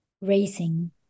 racing